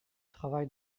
travail